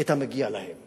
את המגיע להם.